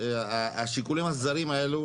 השיקולים הזרים האלו,